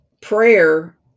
prayer